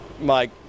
Mike